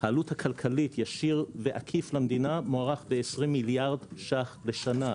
העלות הכלכלית ישר ועקיף למדינה מוערך ב-20 מיליארד ₪ בשנה,